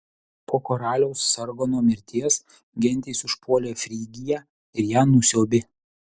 po karaliaus sargono mirties gentys užpuolė frygiją ir ją nusiaubė